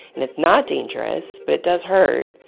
and it's not dangerous, but it does hurt.